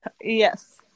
Yes